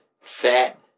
fat